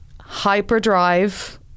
Hyperdrive